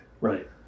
Right